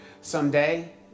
someday